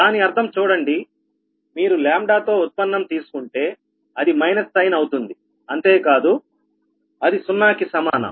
దాని అర్థం చూడండి మీరు λ తో ఉత్పన్నం తీసుకుంటే అది మైనస్ సైన్ అవుతుంది అంతే కాదు అది 0 కి సమానం